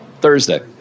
Thursday